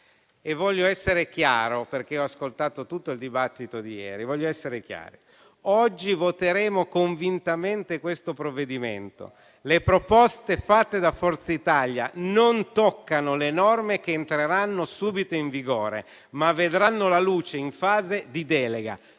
Voglio essere chiaro perché ho ascoltato tutto il dibattito di ieri: oggi voteremo convintamente questo provvedimento. Le proposte fatte da Forza Italia non toccano le norme che entreranno subito in vigore, ma vedranno la luce in fase di delega,